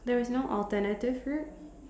there is no alternative route